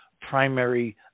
primary